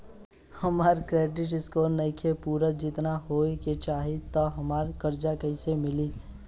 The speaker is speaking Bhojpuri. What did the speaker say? हमार क्रेडिट स्कोर नईखे पूरत जेतना होए के चाही त हमरा कर्जा कैसे मिली?